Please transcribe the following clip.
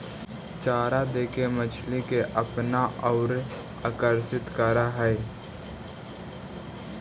चारा देके मछली के अपना औउर आकर्षित करऽ हई